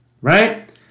right